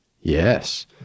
Yes